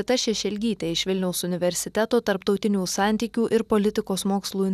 margarita šešelgytė iš vilniaus universiteto tarptautinių santykių ir politikos mokslų instituto